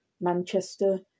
Manchester